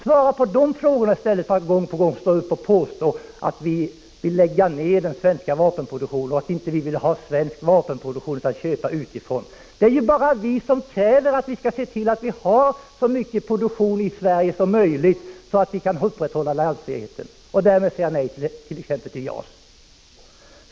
Svara på den frågan i stället för att gång på gång påstå att vi vill lägga ned den svenska vapenproduktionen och att vi vill köpa vapen utifrån. Det är ju bara vi som kräver att man skall se till att man har så mycket produktion i Sverige som möjligt så att man kan upprätthålla alliansfriheten och därmed säga nej t.ex. till JAS.